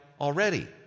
already